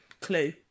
clue